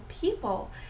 people